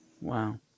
Wow